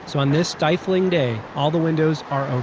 so on this stifling day, all the windows are open